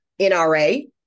NRA